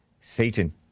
Satan